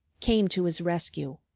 came to his rescue.